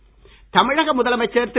எடப்பாடி தமிழக முதலமைச்சர் திரு